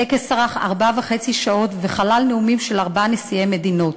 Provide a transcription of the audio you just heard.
הטקס ארך ארבע וחצי שעות וכלל נאומים של ארבעה נשיאי מדינות: